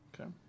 Okay